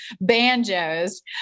banjos